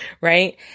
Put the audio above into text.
right